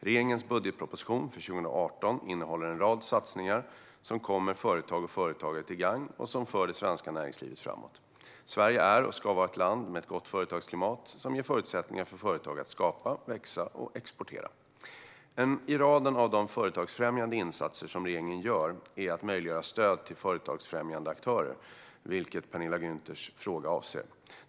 Regeringens budgetproposition för 2018 innehåller en rad satsningar som kommer företag och företagare till gagn och som för det svenska näringslivet framåt. Sverige är och ska vara ett land med ett gott företagsklimat som ger förutsättningar för företag att skapa, växa och exportera. En i raden av de företagsfrämjande insatser som regeringen gör är att möjliggöra stöd till företagsfrämjande aktörer, vilket Penilla Gunthers fråga avser.